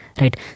Right